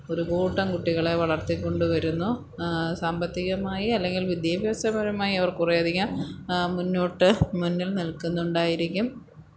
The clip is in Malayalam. ഒരു കൂട്ടം കുട്ടികളെ വളര്ത്തിക്കൊണ്ട് വരുന്നു അത് സാമ്പത്തികമായി അല്ലെങ്കില് വിദ്യാഭ്യാസപരമായി അവര് കുറെ അധികം മുന്നോട്ട് മുന്നില് നില്ക്കുന്നുണ്ടായിരിക്കും